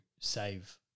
save